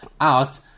out